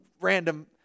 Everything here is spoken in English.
random